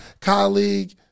colleague